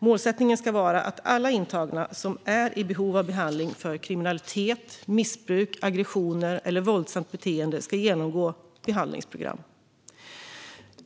Målsättningen ska vara att alla intagna som är i behov av behandling för kriminalitet, missbruk, aggressioner eller våldsamt beteende ska genomgå behandlingsprogram.